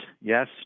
Yes